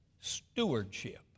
stewardship